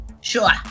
Sure